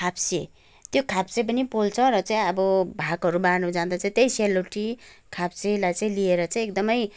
खापसे त्यो खापसे पनि पोल्छ र चाहिँ अब भागहरू बाँड्नु जाँदा चाहिँ त्यही सेल रोटी खापसेलाई चाहिँ लिएर चाहिँ एकदमै